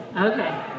Okay